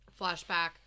flashback